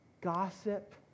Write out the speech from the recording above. gossip